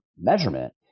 measurement